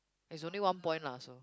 is only one point lah so